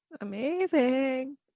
Amazing